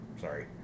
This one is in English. Sorry